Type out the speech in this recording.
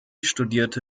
studierte